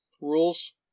rules